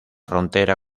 frontera